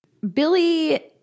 Billy